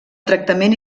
tractament